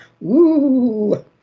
Woo